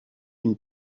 une